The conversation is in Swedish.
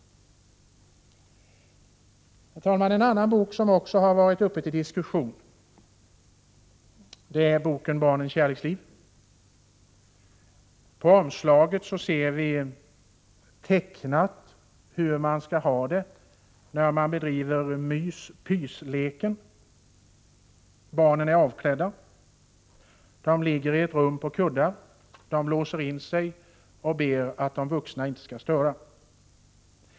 Herr talman! En annan bok som varit uppe till diskussion är boken Barnens kärleksliv. Av teckningen på omslaget framgår hur det skall vara när man bedriver ”mys-pys-leken”. Barnen är avklädda. De ligger på kuddar i ett rum. De låser in sig och ber de vuxna att inte störa.